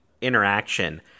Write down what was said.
interaction